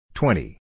twenty